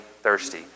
thirsty